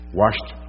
washed